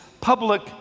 public